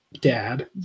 Dad